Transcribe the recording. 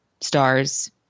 star's